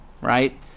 right